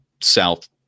South